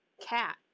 cat